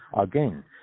Again